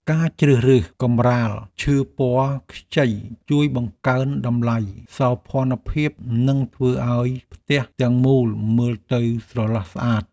ការជ្រើសរើសកម្រាលឈើពណ៌ខ្ចីជួយបង្កើនតម្លៃសោភ័ណភាពនិងធ្វើឱ្យផ្ទះទាំងមូលមើលទៅស្រឡះស្អាត។